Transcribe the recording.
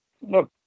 look